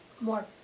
more